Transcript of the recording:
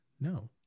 no